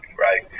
right